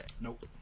Nope